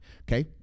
okay